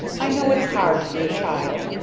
i know it's hard, dear child.